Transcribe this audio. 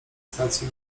stacji